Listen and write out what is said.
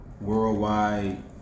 worldwide